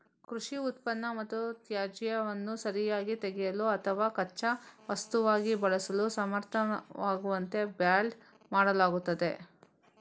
ಕೃಷಿ ಉತ್ಪನ್ನ ಮತ್ತು ತ್ಯಾಜ್ಯವನ್ನು ಸರಿಯಾಗಿ ತೆಗೆಯಲು ಅಥವಾ ಕಚ್ಚಾ ವಸ್ತುವಾಗಿ ಬಳಸಲು ಸಮರ್ಥವಾಗುವಂತೆ ಬ್ಯಾಲ್ಡ್ ಮಾಡಲಾಗುತ್ತದೆ